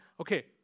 okay